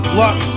luck